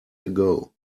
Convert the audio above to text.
ago